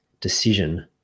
decision